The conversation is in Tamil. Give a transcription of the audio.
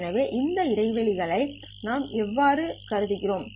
எனவே இந்த இடைவெளிகள் நாம் எவ்வாறு கருதுகிறோம்